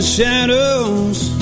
shadows